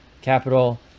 Capital